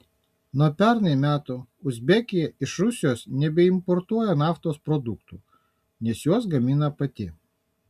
nuo pernai metų uzbekija iš rusijos nebeimportuoja naftos produktų nes juos gamina pati